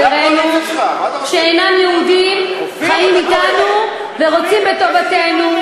כלפי אלה שאינם יהודים החיים אתנו ורוצים בטובתנו.